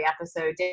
episode